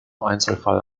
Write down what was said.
einzelfall